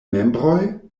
membroj